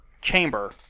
chamber